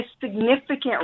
significant